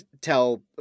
tell